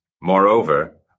Moreover